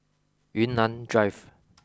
Yunnan Drive